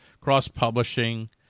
Cross-publishing